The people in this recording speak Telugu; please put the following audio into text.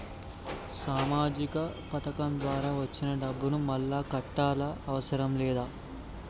సామాజిక పథకం ద్వారా వచ్చిన డబ్బును మళ్ళా కట్టాలా అవసరం లేదా?